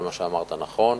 כל מה שאמרת נכון,